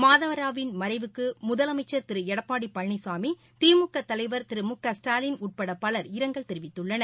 மாதவராவின் மறைவுக்கு முதலமைச்சர் திரு எடப்பாடி பழனிசாமி திமுக தலைவர் திரு மு க ஸ்டாலின் உட்பட பலர் இரங்கல் தெரிவித்துள்ளனர்